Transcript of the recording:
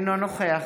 אינו נוכח